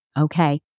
Okay